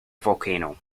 volcano